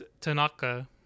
Tanaka